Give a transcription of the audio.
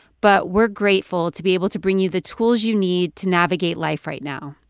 but we're grateful to be able to bring you the tools you need to navigate life right now.